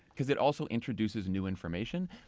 because it also introduces new information.